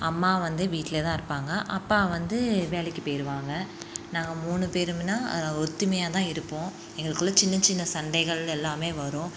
அம்மா வந்து வீட்டுலேயேதான் இருப்பாங்க அப்பா வந்து வேலைக்கு போய்டுவாங்க நாங்கள் மூணு பேரும்னா ஒத்துமையாக தான் இருப்போம் எங்களுக்குள்ளே சின்னச் சின்ன சண்டைகள் எல்லாம் வரும்